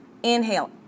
inhale